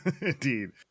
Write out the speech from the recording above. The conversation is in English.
Indeed